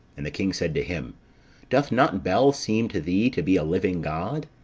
and the king said to him doth not bel seem to thee to be a living god?